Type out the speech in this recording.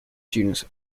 students